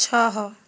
ଛଅ